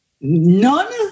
None